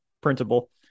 principal